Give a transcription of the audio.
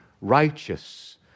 righteous